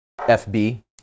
FB